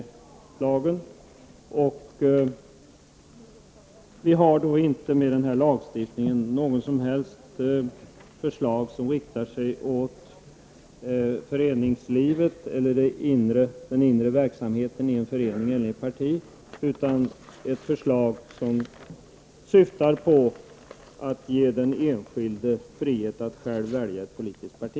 Centerpartiet har inte med detta förslag till lagstiftning riktat sig mot föreningslivet eller mot den inre verksamheten i en förening eller ett parti. Det är ett förslag som syftar till att ge den enskilde frihet att själv välja politiskt parti.